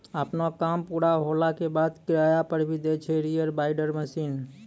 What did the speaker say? आपनो काम पूरा होला के बाद, किराया पर भी दै छै रीपर बाइंडर मशीन